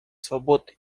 свобод